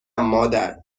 مادر